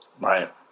right